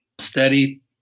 Steady